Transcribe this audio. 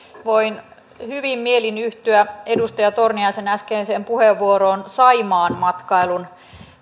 voin hyvin mielin yhtyä edustaja torniaisen äskeiseen puheenvuoroon saimaan matkailun